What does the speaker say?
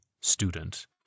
student